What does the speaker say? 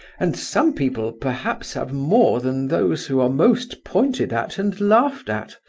and some people perhaps have more than those who are most pointed at and laughed at.